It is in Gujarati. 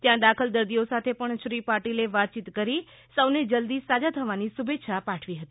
ત્યાં દાખલ દર્દીઓ સાથે પણ શ્રી પાટિલે વાતચીત કરી સૌ ને જલ્દી સાજા થવાની શુભેચ્છા પાઠવી હતી